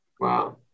Wow